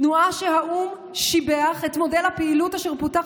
תנועה שהאו"ם שיבח את מודל הפעילות אשר פותח